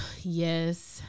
Yes